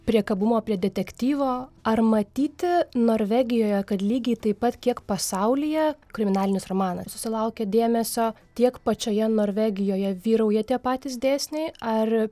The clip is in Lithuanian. priekabumo prie detektyvo ar matyti norvegijoje kad lygiai taip pat kiek pasaulyje kriminalinis romanas susilaukia dėmesio tiek pačioje norvegijoje vyrauja tie patys dėsniai ar